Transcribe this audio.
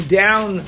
down